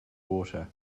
water